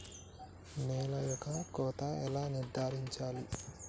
నేల యొక్క కోత ఎలా నిర్ధారించాలి?